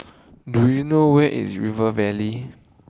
do you know where is River Valley